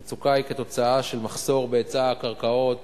המצוקה היא תוצאה של מחסור בהיצע הקרקעות,